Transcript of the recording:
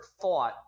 thought